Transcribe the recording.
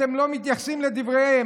אתם לא מתייחסים לדבריהם.